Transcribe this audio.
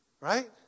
Right